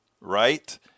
right